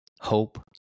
Hope